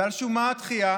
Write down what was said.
ועל שום מה הדחייה,